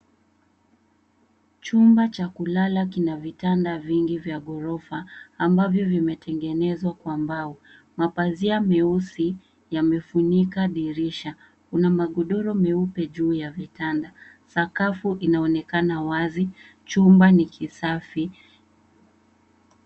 Chumba cha kulala kina vitanda vingi vya ghorofa ambavyo vimetengenezwa kwa mbao. Mapazia meusi yamefunika dirisha. Kuna magodoro meupe juu ya vitanda. Sakafu inaonekana wazi. Chumba ni kisafi.